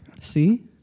See